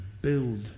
build